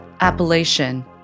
appellation